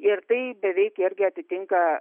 ir tai beveik irgi atitinka